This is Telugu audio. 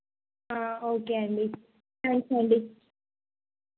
ఓకే అండి థాంక్స్ అండి